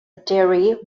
dairy